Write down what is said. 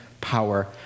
power